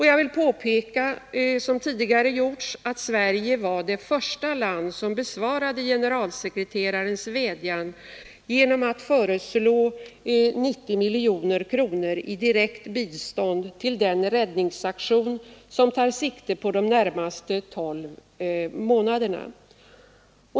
Jag vill påpeka, som tidigare sagts, att Sverige var det första land som besvarade generalsekreterarens vädjan genom att anslå 90 miljoner kronor i direkt bistånd till den räddningsaktion som tar sikte på de närmaste 12 månaderna.